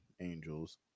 angels